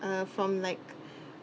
uh from like